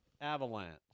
Avalanche